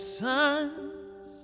sons